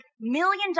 million